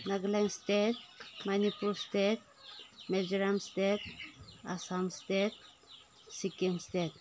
Nagaland state Manipur state Mizoram state Assam state Sikkim state